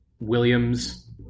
Williams